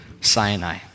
Sinai